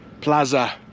Plaza